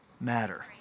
matter